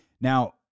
Now